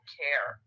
care